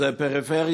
שזה נטו פריפריה,